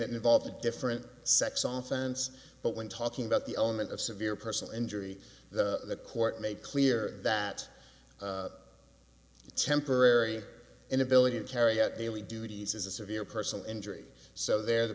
it involved a different sex on fans but when talking about the element of severe personal injury the court made clear that temporary inability to carry out daily duties is a severe personal injury so there the